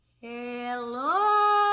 Hello